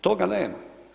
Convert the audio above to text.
Toga nema.